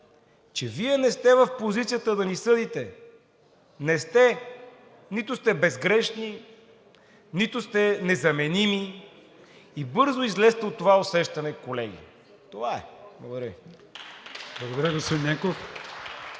че Вие не сте в позицията да ни съдите – не сте. Нито сте безгрешни, нито сте незаменими и бързо излезте от това усещане, колеги. Това е. Благодаря Ви.